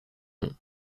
nom